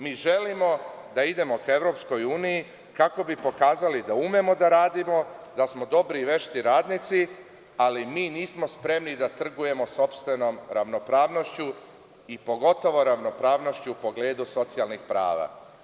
Mi želimo da idemo ka EU kako bi pokazali da umemo da radimo, da smo dobri i vešti radnici, ali mi nismo spremni da trgujemo sopstvenom ravnopravnošću i pogotovo ravnopravnošću u pogledu socijalnih prava.